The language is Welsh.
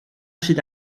sydd